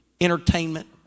entertainment